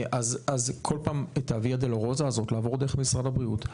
אז כל פעם את הוויה דולורוזה הזאת לעבור דרך משרד הבריאות,